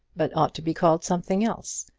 but ought to be called something else.